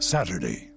Saturday